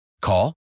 Call